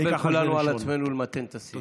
בואו נקבל כולנו על עצמנו למתן את השיח.